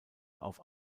auf